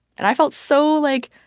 and i felt so, like,